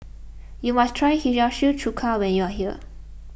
you must try Hiyashi Chuka when you are here